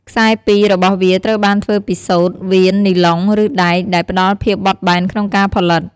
ខ្សែពីររបស់វាត្រូវបានធ្វើពីសូត្រ វៀន នីឡុង ឬដែក ដែលផ្តល់ភាពបត់បែនក្នុងការផលិត។